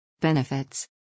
Benefits